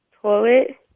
Toilet